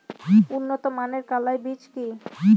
উন্নত মানের কলাই বীজ কি?